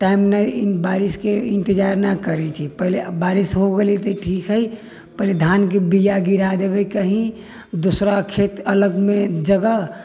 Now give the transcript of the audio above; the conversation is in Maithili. टाइममे बारिशके इन्तजार नहि करैत छियै पहिले बारिश हो गेलै तऽ ठीक हइ पहिले धानके बीआ गिरा देबै कहीँ दूसरा खेत अलगमे जगह